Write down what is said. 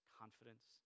confidence